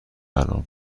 الان